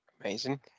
Amazing